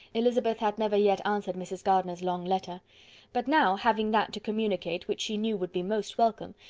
elizabeth had never yet answered mrs. gardiner's long letter but now, having that to communicate which she knew would be most welcome,